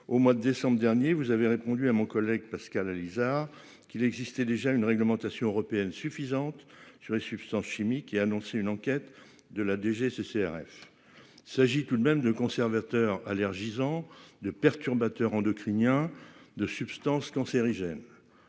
Au mois de décembre dernier vous avez répondu à mon collègue Pascal Alizart qu'il existait déjà une réglementation européenne suffisante je substances chimiques et annoncé une enquête de la DGCCRF. S'agit tout de même de conservateur allergisant de perturbateurs endocriniens de substances cancérigènes.